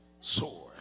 sword